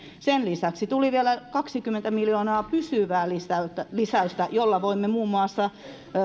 sen lisäksi tuli vielä kaksikymmentä miljoonaa pysyvää lisäystä lisäystä jolla voimme muun muassa